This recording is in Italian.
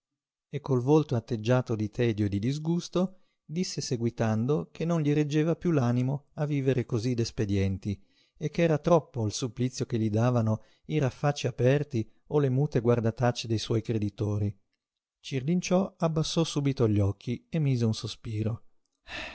e col volto atteggiato di tedio e di disgusto disse seguitando che non gli reggeva piú l'animo a vivere cosí d'espedienti e ch'era troppo il supplizio che gli davano i raffacci aperti o le mute guardatacce dei suoi creditori cirlinciò abbassò subito gli occhi e mise un sospiro